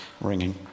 ringing